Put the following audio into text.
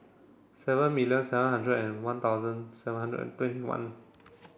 seven million seven hundred and one thousand seven hundred and twenty one